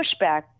pushback